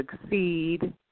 succeed